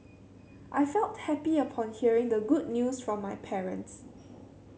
I felt happy upon hearing the good news from my parents